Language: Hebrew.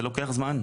זה לוקח זמן.